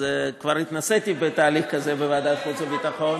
כבר התנסיתי בתהליך כזה בוועדת החוץ והביטחון.